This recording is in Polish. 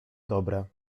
dobre